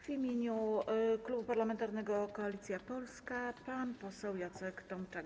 W imieniu Klubu Parlamentarnego Koalicja Polska pan poseł Jacek Tomczak.